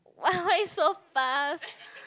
what why you so fast